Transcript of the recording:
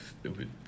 stupid